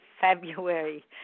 February